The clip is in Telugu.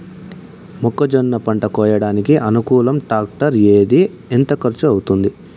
మొక్కజొన్న పంట కోయడానికి అనుకూలం టాక్టర్ ఏది? ఎంత ఖర్చు అవుతుంది?